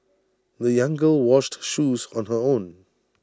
the young girl washed her shoes on her own